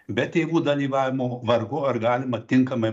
be tėvų dalyvavimo vargu ar galima tinkamai